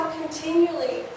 continually